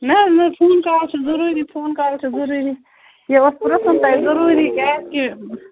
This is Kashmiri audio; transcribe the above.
نہَ نہَ فون کال چھِ ضروٗری فون کال چھِ ضروٗری یہ اوس پرٕٛژھُن تۄہہِ ضروٗری کیٛازِ کہِ